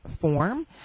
form